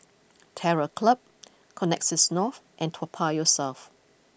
Terror Club Connexis North and Toa Payoh South